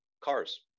cars